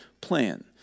plan